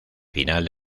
final